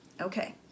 Okay